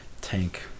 tank